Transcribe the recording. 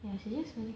ya she's just very